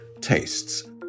tastes